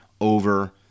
over